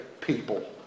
people